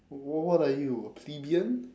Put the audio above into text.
what what what are you a plebeian